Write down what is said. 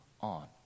on